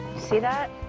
see that?